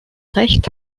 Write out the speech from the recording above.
recht